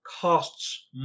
costs